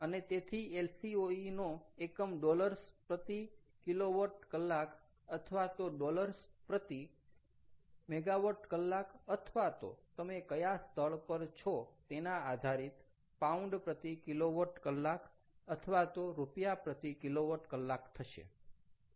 અને તેથી LCOE નો એકમ ડોલર્સ પ્રતિ કિલોવોટ કલાક અથવા તો ડોલર્સ પ્રતિ મેગાવોટ કલાક અથવા તો તમે કયા સ્થળ પર છો તેના આધારિત પાઉન્ડ પ્રતિ કિલોવોટ કલાક અથવા તો રૂપિયા પ્રતિ કિલોવોટ કલાક થશે